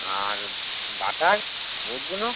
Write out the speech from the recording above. আর butter বুটগুলো